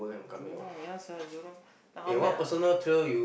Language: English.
Jurong ya sia Jurong then the how many